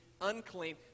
unclean